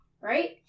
Right